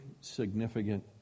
significant